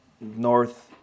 North